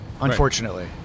unfortunately